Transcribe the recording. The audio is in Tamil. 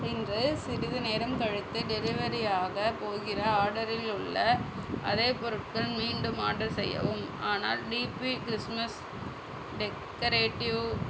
இன்று சிறிது நேரம் கழித்து டெலிவரி ஆக போகிற ஆர்டரில் உள்ள அதே பொருட்கள் மீண்டும் ஆர்டர் செய்யவும் ஆனால் டீபி கிறிஸ்மஸ் டெக்கரேட்டிவ்